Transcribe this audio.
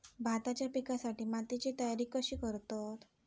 भाताच्या पिकासाठी मातीची तयारी कशी करतत?